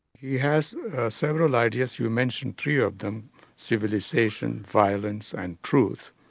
he has several ideas you mentioned three of them civilisation, violence and truth.